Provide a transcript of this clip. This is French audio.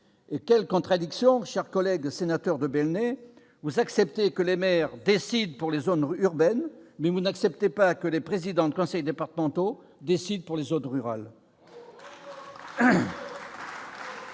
Quelle contradiction, monsieur de Belenet ! Vous acceptez que les maires décident pour les zones urbaines, mais n'acceptez pas que les présidents de conseil départemental décident pour les zones rurales.